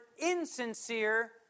insincere